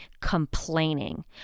complaining